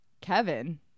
Kevin